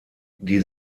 die